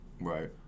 Right